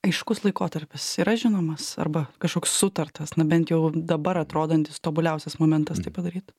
aiškus laikotarpis yra žinomas arba kažkoks sutartas na bent jau dabar atrodantis tobuliausias momentas tai padaryt